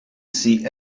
see